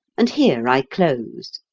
and here i close.